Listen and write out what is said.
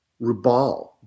Rubal